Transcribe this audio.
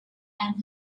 and